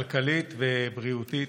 כלכלית ובריאותית.